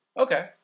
Okay